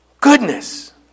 Goodness